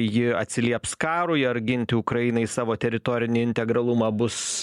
ji atsilieps karui ar ginti ukrainai savo teritorinį integralumą bus